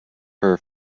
her